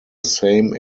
same